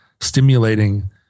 stimulating